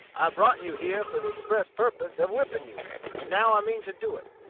i brought you here for the express purpose of whipping you and now i mean to do it.